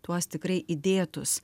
tuos tikrai įdėtus